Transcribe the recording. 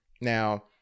Now